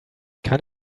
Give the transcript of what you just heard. kann